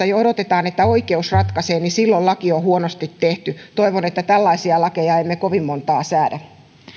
jo odotetaan että oikeus ratkaisee niin silloin laki on huonosti tehty toivon että tällaisia lakeja emme kovin montaa säädä